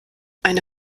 eine